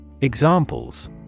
Examples